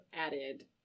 added